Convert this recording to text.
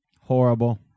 Horrible